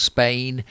Spain